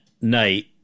night